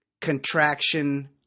contraction